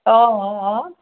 অ অ অ